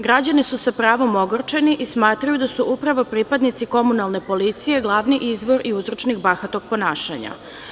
Građani su sa pravom ogorčeni i smatraju da su upravo pripadnici komunalne policije glavni izvor i uzročnik bahatog ponašanja.